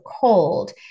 cold